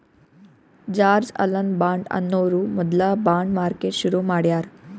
George Alan Bond ಅನ್ನೋರು ಮೊದ್ಲ bond market ಶುರು ಮಾಡ್ಯಾರ್